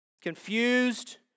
confused